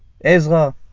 Ezra